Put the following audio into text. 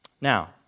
Now